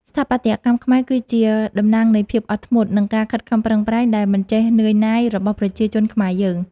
ស្ថាបត្យកម្មខ្មែរគឺជាតំណាងនៃភាពអត់ធ្មត់ និង ការខិតខំប្រឹងប្រែងដែលមិនចេះនឿយណាយរបស់ប្រជាជនខ្មែរយើង។